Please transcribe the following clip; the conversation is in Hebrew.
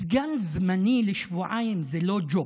סגן זמני לשבועיים זה לא ג'וב.